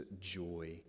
joy